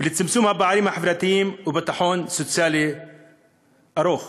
ולצמצום הפערים החברתיים ולביטחון סוציאלי ארוך